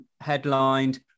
headlined